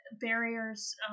barriers